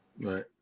Right